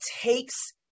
takes